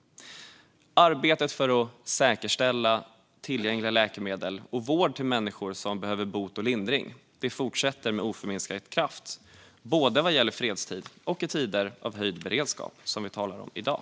Arbetet för att säkerställa tillgängliga läkemedel och vård till människor som behöver bot och lindring fortsätter med oförminskad kraft, både vad gäller fredstid och vad gäller tider av höjd beredskap, som vi talar om i dag.